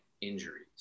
injuries